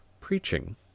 preaching